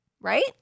right